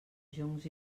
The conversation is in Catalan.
joncs